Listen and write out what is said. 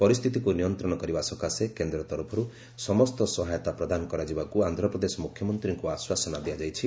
ପରିସ୍ଥିତିକୁ ନିୟନ୍ତ୍ରଣ କରିବା ସକାଶେ କେନ୍ଦ୍ର ତରଫରୁ ସମସ୍ତ ସହାୟତା ପ୍ରଦାନ କରାଯିବାକୁ ଆନ୍ଧ୍ରପ୍ରଦେଶ ମୁଖ୍ୟମନ୍ତ୍ରୀଙ୍କୁ ଆଶ୍ୱାସନା ଦିଆଯାଇଛି